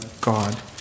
God